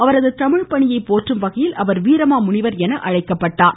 அவரது தமிழ்ப்பணியை போற்றும் வகையில் அவர் வீரமாமுனிவர் என அழைக்கப்பட்டார்